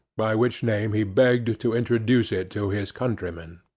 by which name he begged to introduce it to his countrymen.